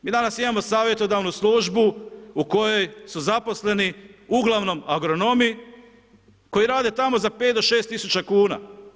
Mi danas imamo savjetodavnu službu u kojoj su zaposleni uglavnom agronomi koji rade tamo za 5 do 6 000 kuna.